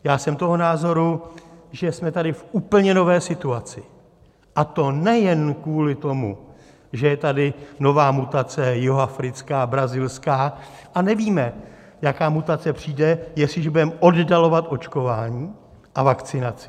Já jsem toho názoru, že jsme tady v úplně nové situaci, a to nejen kvůli tomu, že je tady nová mutace jihoafrická, brazilská a nevíme, jaká mutace přijde, jestliže budeme oddalovat očkování a vakcinaci.